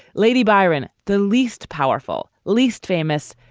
lady biron, the least powerful, least famous,